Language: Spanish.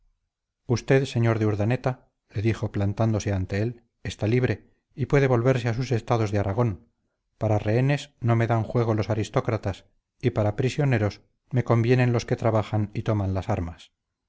usted sr de urdaneta le dijo plantándose ante él está libre y puede volverse a sus estados de aragón para rehenes no me dan juego los aristócratas y para prisioneros me convienen los que trabajan y toman las armas